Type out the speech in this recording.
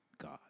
God